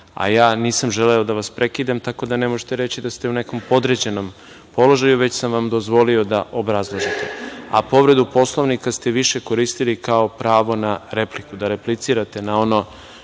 a ja nisam želeo da vas prekidam, tako da ne možete reći da ste u nekom podređenom položaju, već sam vam dozvolio da obrazložite, a povredu Poslovnika ste vi više koristili kao pravo na repliku, da replicirate na ono